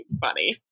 funny